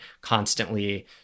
constantly